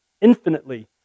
infinitely